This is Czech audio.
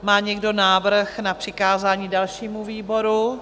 Má někdo návrh na přikázání dalšímu výboru?